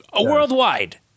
worldwide